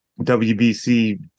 wbc